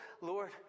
Lord